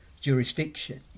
jurisdiction